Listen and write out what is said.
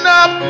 up